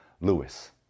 Lewis